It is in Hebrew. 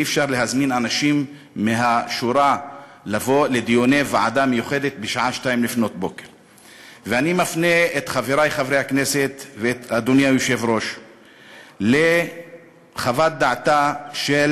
אי-אפשר להזמין אנשים מהשורה לבוא לדיוני ועדה מיוחדת בשעה 02:00. אני מפנה את חברי חברי הכנסת ואת אדוני היושב-ראש לחוות דעתה של